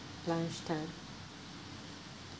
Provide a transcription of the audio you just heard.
lunch time